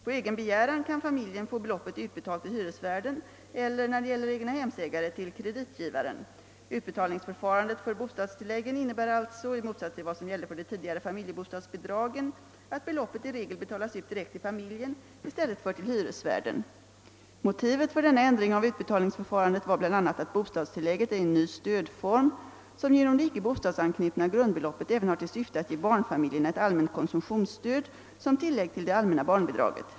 På egen begäran kan familjen få beloppet utbetalt till hyresvärden eller — när det gäller egnahemsägare — till kreditgivaren. Utbetalningsförfarandet för bostadstilläggen innebär alltså — i motsats till vad som gällde för de tidigare familjebostadsbidragen — att beloppet i regel betalas ut direkt till familjen i stället för till hyresvärden. Motivet för denna ändring av utbetalningsförfarandet var bl a. att bostadstillägget är en ny stödform som genom det icke bostadsanknutna grundbeloppet även har till syfte att ge barnfamiljerna ett allmänt konsumtionsstöd som tillägg till det allmänna barnbidraget.